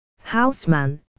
Houseman